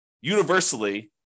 universally